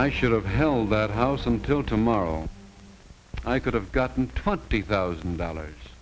i should have held that house until tomorrow i could have gotten twenty thousand dollars